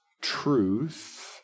truth